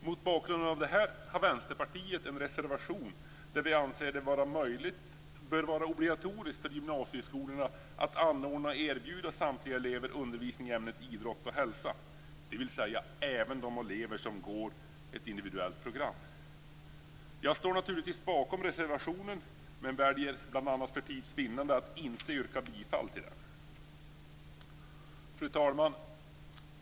Mot bakgrund av detta har Vänsterpartiet avgett en reservation där vi anser att det bör vara obligatoriskt för gymnasieskolorna att anordna och erbjuda samtliga elever undervisning i ämnet Idrott och hälsa, och det gäller även de elever som går individuella program. Jag står givetvis bakom reservationen, men väljer bl.a. för tids vinnande att inte yrka bifall till den. Fru talman!